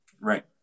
Right